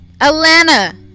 Atlanta